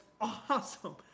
awesome